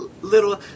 Little